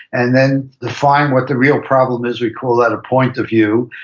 and then define what the real problem is. we call that a point of view,